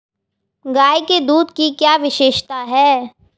गाय के दूध की क्या विशेषता है?